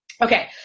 Okay